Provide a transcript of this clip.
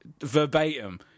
verbatim